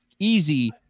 Easy